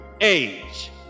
age